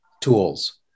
tools